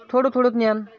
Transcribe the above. थोडं थोडं ज्ञान